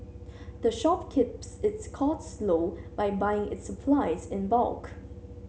the shop keeps its costs low by buying its supplies in bulk